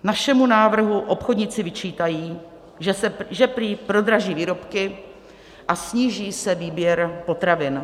Našemu návrhu obchodníci vyčítají, že prý prodraží výrobky a sníží se výběr potravin.